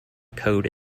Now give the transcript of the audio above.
code